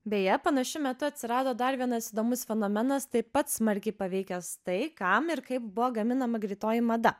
beje panašiu metu atsirado dar vienas įdomus fenomenas taip pat smarkiai paveikęs tai kam ir kaip buvo gaminama greitoji mada